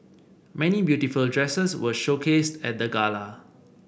many beautiful dresses were showcased at the gala